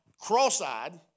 cross-eyed